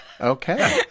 Okay